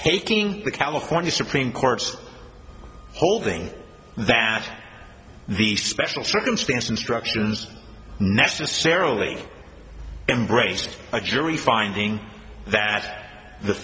taking the california supreme court's holding that the special circumstance instructions necessarily embraced a jury finding that the